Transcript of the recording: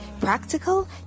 practical